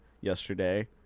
yesterday